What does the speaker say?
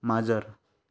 माजर